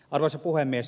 arvoisa puhemies